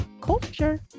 culture